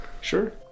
Sure